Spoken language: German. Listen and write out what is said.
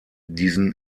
diesen